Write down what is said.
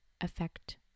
affect